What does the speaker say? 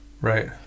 Right